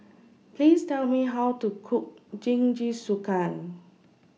Please Tell Me How to Cook Jingisukan